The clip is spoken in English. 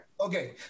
okay